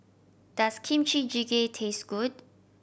does Kimchi Jjigae taste good